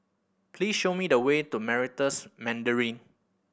please show me the way to Meritus Mandarin